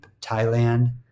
Thailand